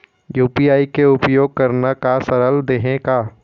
UPI के उपयोग करना का सरल देहें का?